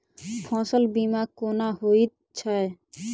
फसल बीमा कोना होइत छै?